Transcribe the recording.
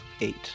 Eight